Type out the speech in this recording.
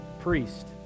priest